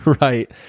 Right